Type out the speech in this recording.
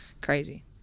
crazy